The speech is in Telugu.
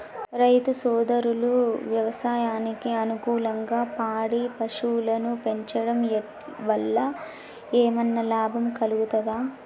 రైతు సోదరులు వ్యవసాయానికి అనుకూలంగా పాడి పశువులను పెంచడం వల్ల ఏమన్నా లాభం కలుగుతదా?